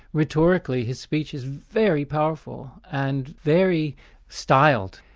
rhetorically his speech is very powerful, and very styled.